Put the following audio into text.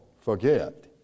forget